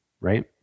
right